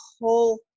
whole